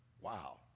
Wow